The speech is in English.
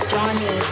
Johnny